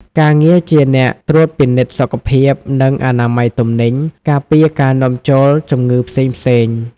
ការងារជាអ្នកត្រួតពិនិត្យសុខភាព និងអនាម័យទំនិញ ការពារការនាំចូលជំងឺផ្សេងៗ។